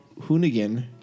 Hoonigan